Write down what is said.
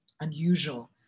unusual